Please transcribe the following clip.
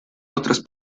otros